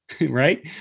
right